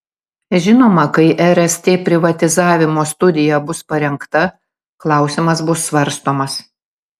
žinoma kai rst privatizavimo studija bus parengta klausimas bus svarstomas